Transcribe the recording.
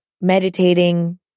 meditating